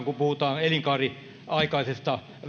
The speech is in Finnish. kun puhutaan elinkaariaikaisesta